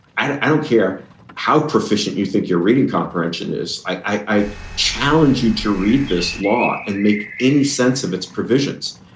i don't care how proficient you think your reading comprehension is. i challenge you to read this law and make any sense of its provisions.